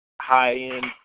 high-end